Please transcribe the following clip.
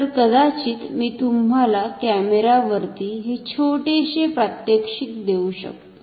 तर कदाचित मी तुम्हाला कॅमेरावरती हे छोटेसे प्रात्यक्षिक देऊ शकतो